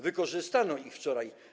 Wykorzystano ich wczoraj.